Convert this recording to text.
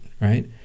right